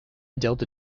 delta